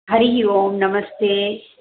हरिः ओं नमस्ते